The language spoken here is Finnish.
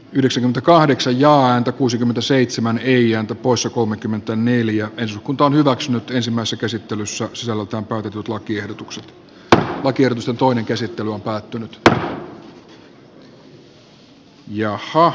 yhdeksi takahdeksan jaa ääntä kuusikymmentäseitsemän eijan top poissa kolmekymmentäneljä kunto on hyväksynyt vesimassa käsittelyssä sisällöltään otetut lakiehdotukset ahva tiedotus on toinen käsittely on herra puhemies